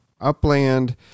upland